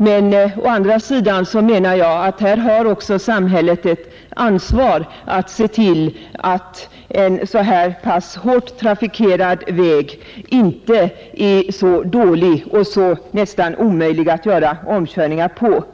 Men å andra sidan menar jag att samhället har ett ansvar att se till att en så pass hårt trafikerad väg inte är så dålig och nästan omöjlig att göra omkörningar på.